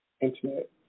Internet